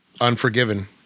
Unforgiven